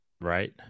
Right